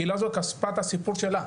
הקהילה הזו חשפה את הסיפור שלה,